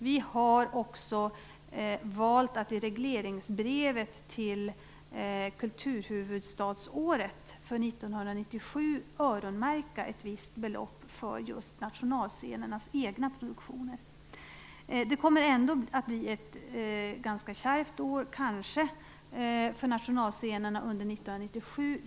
Vi har också valt att i regleringsbrevet för 1997 till kulturhuvudstadsåret öronmärka ett visst belopp för just nationalscenernas egna produktioner. Det kommer kanske ändå att bli ett ganska kärvt år för nationalscenerna under 1997.